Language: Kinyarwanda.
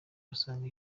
basanga